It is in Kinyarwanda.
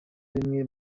rimwe